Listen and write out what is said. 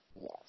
Yes